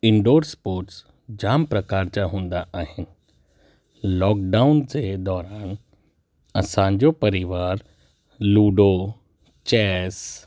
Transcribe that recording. indoor sports जाम प्रकार जा हूंदा आहिनि लॉकडाउन जे दौरान असांजो परिवार लूडो चेस